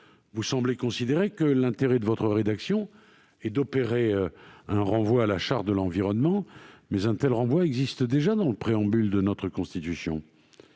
Vous considérez que l'intérêt de votre rédaction est d'opérer un renvoi à la Charte de l'environnement, mais un tel renvoi existe déjà dans le préambule de notre Constitution.